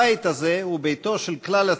הבית הזה הוא ביתו של כלל הציבור,